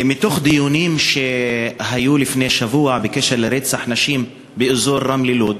מתוך דיונים שהיו לפני שבוע בקשר לרצח נשים באזור רמלה-לוד,